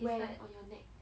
where on your neck